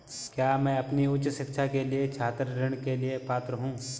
क्या मैं अपनी उच्च शिक्षा के लिए छात्र ऋण के लिए पात्र हूँ?